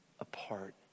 apart